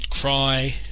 cry